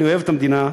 אני אוהב את המדינה.